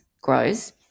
grows